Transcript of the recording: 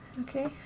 okay